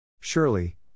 Surely